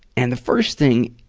and the first thing,